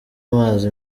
amazi